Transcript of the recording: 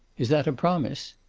is that a promise?